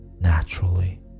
naturally